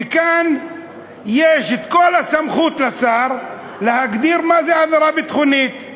כאן יש כל הסמכות לשר להגדיר מה זה עבירה ביטחונית.